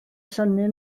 synnu